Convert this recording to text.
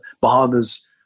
Bahamas